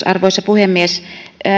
arvoisa puhemies